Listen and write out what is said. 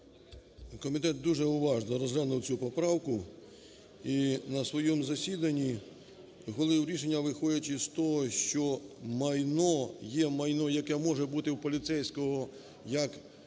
Комітет дуже уважно розглянув цю поправку і на своєму засіданні ухвалив рішення, виходячи з того, що майно, є майно, яке може бути у поліцейського як по